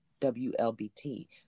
WLBT